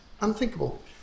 unthinkable